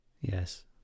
Yes